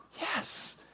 Yes